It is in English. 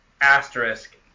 asterisk